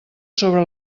sobre